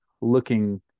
looking